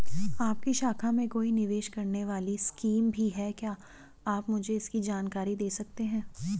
आपकी शाखा में कोई निवेश करने वाली स्कीम भी है क्या आप मुझे इसकी जानकारी दें सकते हैं?